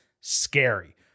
scary